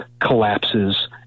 collapses